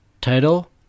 title